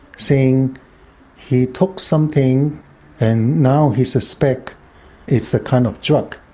saying he took something and now he suspects it's a kind of drug.